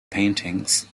paintings